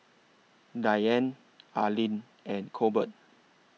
Diane Arlyn and Colbert